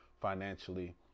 financially